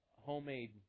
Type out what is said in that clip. homemade